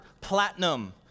platinum